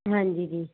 ਹਾਂਜੀ ਜੀ